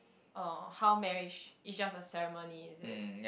oh how marriage is just a ceremony is it